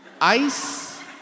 ice